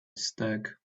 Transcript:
stuck